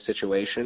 situation –